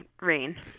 rain